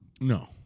No